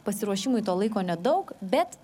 pasiruošimui to laiko nedaug bet